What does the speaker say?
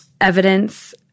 evidence